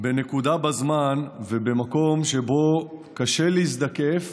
בנקודה בזמן ובמקום שבו קשה להזדקף